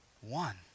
One